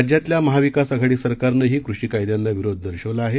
राज्यातल्या महाविकास आघाडी सरकारनही कृषी कायद्यांना विरोध दर्शवला आहे